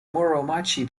muromachi